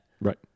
Right